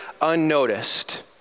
unnoticed